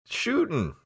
shooting